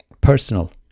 personal